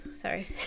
Sorry